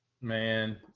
Man